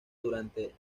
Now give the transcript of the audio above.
durante